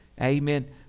amen